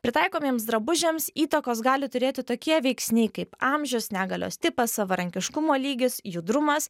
pritaikomiems drabužiams įtakos gali turėti tokie veiksniai kaip amžius negalios tipas savarankiškumo lygis judrumas